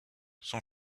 son